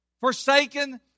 Forsaken